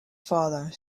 father